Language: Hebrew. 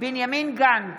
בנימין גנץ,